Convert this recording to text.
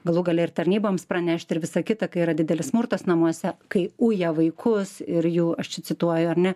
galų gale ir tarnyboms pranešti ir visa kita kai yra didelis smurtas namuose kai uja vaikus ir jų aščia cituoju ar ne